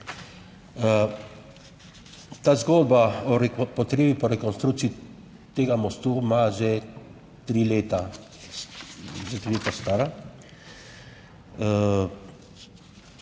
Ta zgodba o potrebi po rekonstrukciji tega mostu ima že tri leta,